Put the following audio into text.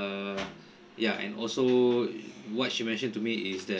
err yeah and also what she mentioned to me is that